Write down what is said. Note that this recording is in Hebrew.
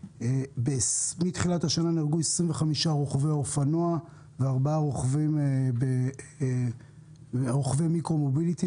מתחילת השנה נהרגו 25 רוכבי אופנוע ו-4 רוכבי מיקרו מוביליטי,